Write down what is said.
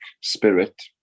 spirit